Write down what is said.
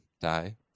die